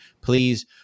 Please